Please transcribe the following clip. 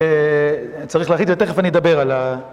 צריך להגיד, ותכף אני אדבר על ה...